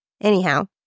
Anyhow